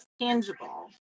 tangible